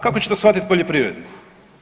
Kako će to shvatiti poljoprivrednici?